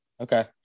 Okay